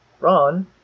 Ron